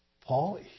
Paul